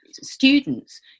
students